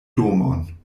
domon